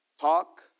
talk